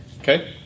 Okay